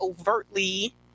overtly